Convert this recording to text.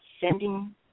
sending